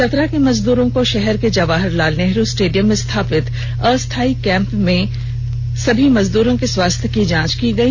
चतरा के मजदूरों को शहर के जवाहरलाल नेहरू स्टेडियम में स्थापित अस्थाई कैंप में सभी मजदूरों के स्वास्थ्य की जोंच की गयी